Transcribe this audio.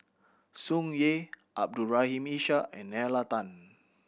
Tsung Yeh Abdul Rahim Ishak and Nalla Tan